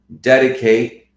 dedicate